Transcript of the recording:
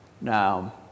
Now